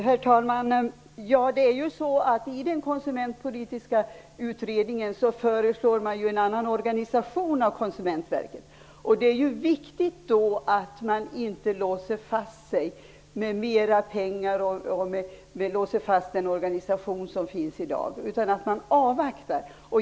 Herr talman! I den konsumentpolitiska utredningen föreslår man en annan organisation av Konsumentverket. Det är viktigt att man inte låser fast sig med mer pengar och låser fast den organisation som finns i dag, utan att man avvaktar.